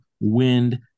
wind